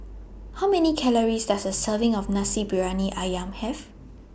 How Many Calories Does A Serving of Nasi Briyani Ayam Have